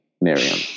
Miriam